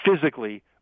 physically